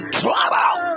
trouble